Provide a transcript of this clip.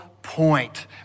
point